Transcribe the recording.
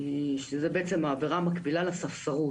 שזו בעצם העבירה המקבילה לספסרות.